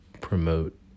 promote